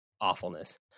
awfulness